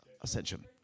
ascension